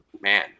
man